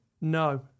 No